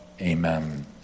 Amen